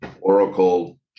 Oracle